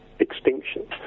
Extinction